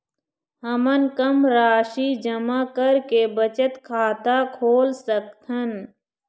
हमन कम राशि जमा करके बचत खाता खोल सकथन?